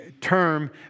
term